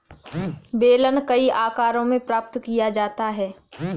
बेलन कई आकारों में प्राप्त किया जाता है